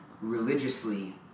religiously